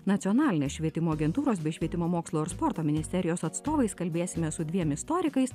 nacionalinės švietimo agentūros bei švietimo mokslo ir sporto ministerijos atstovais kalbėsime su dviem istorikais